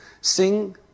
Sing